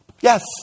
Yes